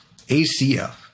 ACF